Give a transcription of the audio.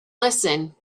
listen